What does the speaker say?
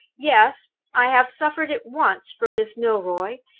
yes! i have suffered it once from miss milroy.